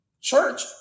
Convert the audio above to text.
church